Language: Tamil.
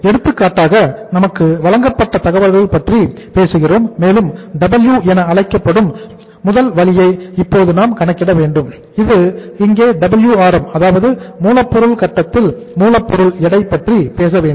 எடுத்துக்காட்டாக நமக்கு வழங்கப்பட்ட தகவல்களை பற்றி பேசுகிறோம் மேலும் W என அழைக்கப்படும் முதல் வழியை இப்போது நாம் கணக்கிட வேண்டும் இது இங்கே Wrm அதாவது மூலப்பொருள் கட்டத்தில் மூலப்பொருள் எடை பற்றி பேச வேண்டும்